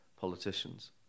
politicians